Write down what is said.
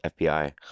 FBI